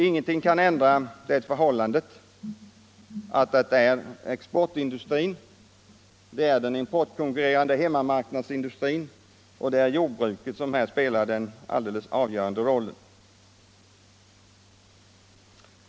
Ingenting kan ändra det förhållandet att det är exportindustrin, den importkonkurrerande hemmamarknadsindustrin och jordbruket som här spelar den avgörande rollen.